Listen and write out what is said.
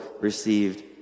received